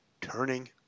turning